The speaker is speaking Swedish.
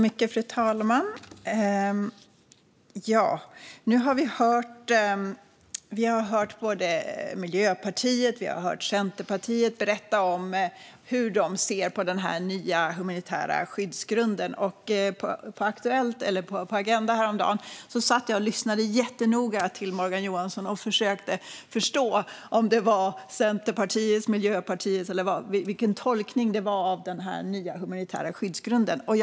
Fru talman! Nu har vi hört både Miljöpartiet och Centerpartiet berätta om hur de ser på den nya humanitära skyddsgrunden. Häromdagen satt jag och lyssnade jättenoga till Morgan Johanssons framträdande i Agenda och försökte förstå om det var Centerpartiets, Miljöpartiets eller någon annans tolkning av den nya humanitära skyddsgrunden som gällde.